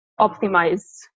optimize